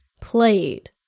played